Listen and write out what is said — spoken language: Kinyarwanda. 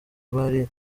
bari